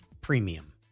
premium